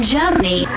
Germany